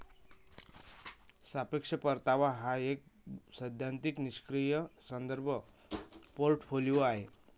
सापेक्ष परतावा हा एक सैद्धांतिक निष्क्रीय संदर्भ पोर्टफोलिओ आहे